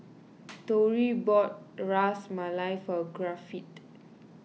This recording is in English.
Tory bought Ras Malai for Griffith